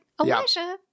Elijah